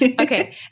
Okay